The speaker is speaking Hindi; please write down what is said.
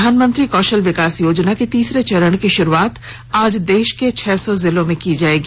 प्रधानमंत्री कौशल विकास योजना के तीसरे चरण की शुरूआत आज देश के छह सौ जिलों में की जाएगी